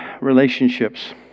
relationships